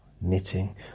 Knitting